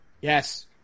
Yes